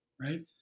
right